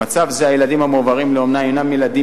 במצב זה הילדים המועברים לאומנה הינם ילדים